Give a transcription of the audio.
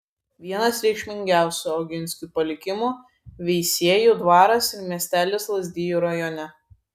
vienas reikšmingiausių oginskių palikimų veisiejų dvaras ir miestelis lazdijų rajone